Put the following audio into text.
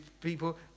people